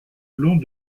long